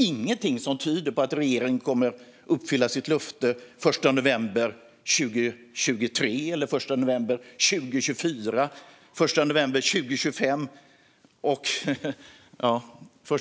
Ingenting tyder heller på att regeringen kommer att uppfylla sitt löfte den 1 november 2023, 2024 eller 2025. Den 1